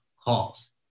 calls